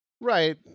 Right